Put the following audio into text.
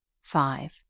five